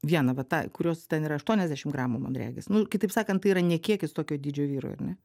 vieną va tą kurios ten yra aštuoniasdešimt gramų man regis nu kitaip sakant tai yra ne kiekis tokio dydžio vyrui ar ne